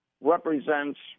represents